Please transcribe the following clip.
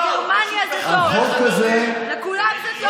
הממשלה,